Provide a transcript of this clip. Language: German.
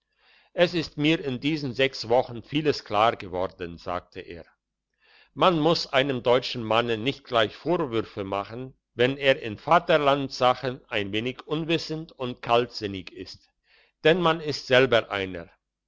es ist mir in diesen sechs wochen vieles klar geworden sagte er man muss einem deutschen manne nicht sogleich vorwürfe machen wenn er in vaterlandssachen ein wenig unwissend und kaltsinnig ist denn man ist selber einer